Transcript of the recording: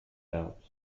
doubts